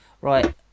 right